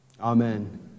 amen